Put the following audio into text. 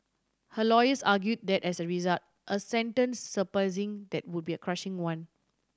her lawyers argued that as a result a sentence surpassing that would be a crushing one